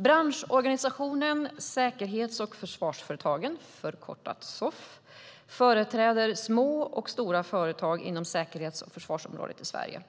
Branschorganisationen Säkerhets och försvarsföretagen, förkortat SOFF, företräder små och stora företag inom säkerhets och försvarsområdet i Sverige.